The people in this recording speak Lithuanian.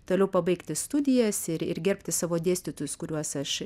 toliau pabaigti studijas ir gerbti savo dėstytojus kuriuos aš